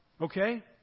Okay